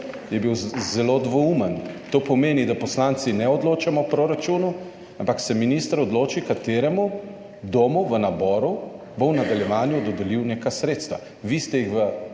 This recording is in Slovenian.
je bil zelo dvoumen. To pomeni, da poslanci ne odločamo o proračunu, ampak se minister odloči, kateremu domu v naboru bo v nadaljevanju dodelil neka sredstva.